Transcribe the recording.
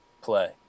play